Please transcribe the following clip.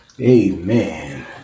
Amen